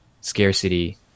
scarcity